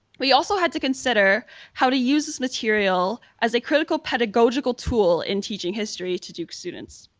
we also had to consider how to use this material as a critical pedagogical tool in teaching history to duke students.